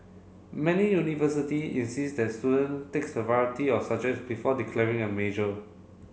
many university insist that student takes a variety of subjects before declaring a major